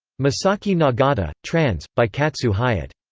masaaki nagata, trans. by katsue hyatt.